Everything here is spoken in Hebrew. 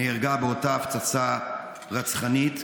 נהרגה באותה הפצצה רצחנית.